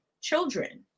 children